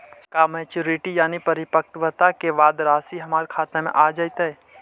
का मैच्यूरिटी यानी परिपक्वता के बाद रासि हमर खाता में आ जइतई?